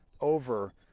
over